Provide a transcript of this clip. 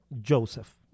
joseph